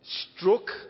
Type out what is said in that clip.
stroke